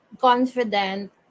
confident